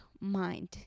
mind